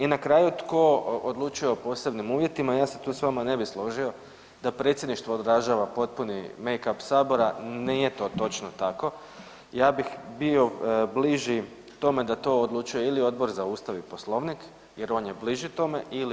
I na kraju, tko odlučuje o posebnim uvjetima, ja se tu s vama ne bi složio da predsjedništvo održava potpuni make up, nije to točno tako, ja bih bio bliži tome da to odlučuje ili Odbor za Ustav i Poslovnik jer on je bliži tome ili